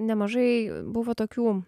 nemažai buvo tokių